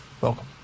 Welcome